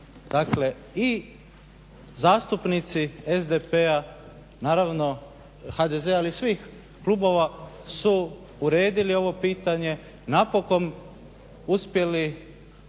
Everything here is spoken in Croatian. Dakle, i zastupnici SDP-a naravno HDZ ali i svih klubova su uredili ovo pitanje, napokon uspjeli se